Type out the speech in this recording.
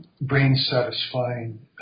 brain-satisfying